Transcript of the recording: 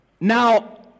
now